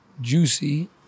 Juicy